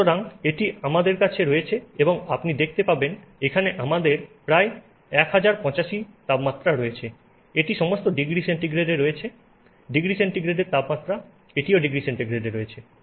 সুতরাং এটি আমাদের কাছে রয়েছে এবং আপনি দেখতে পাবেন এখানে আমাদের প্রায় 1085 তাপমাত্রা রয়েছে এটি সমস্ত ডিগ্রি সেন্টিগ্রেডে রয়েছে ডিগ্রি সেন্টিগ্রেডের তাপমাত্রা এটিও ডিগ্রি সেন্টিগ্রেডে রয়েছে